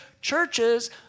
Churches